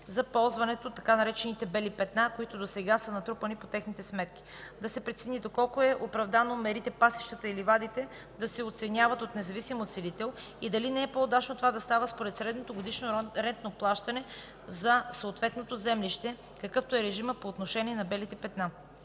за ползването на така наречените „бели петна”, които досега са натрупани по техните сметки. Да се прецени доколко е оправдано мерите, пасищата и ливадите да се оценяват от независим оценител и дали не е по-удачно това да става според средното годишно рентно плащане за съответното землище, какъвто е режимът по отношение на „белите петна”.